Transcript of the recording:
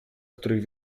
których